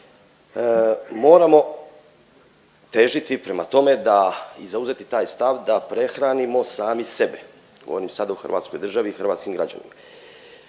Moramo težiti prema tome da i zauzeti taj stav da prehranimo sami sebe, govorim sad o hrvatskoj državi i hrvatskim građanima.